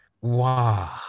wow